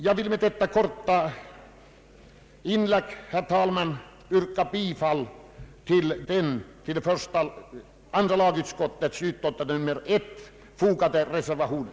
Jag vill med detta korta inlägg yrka bifall till den vid andra lagutskottets utlåtande nr 1 fogade reservationen.